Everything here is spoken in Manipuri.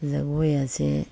ꯖꯒꯣꯏ ꯑꯁꯦ